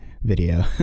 video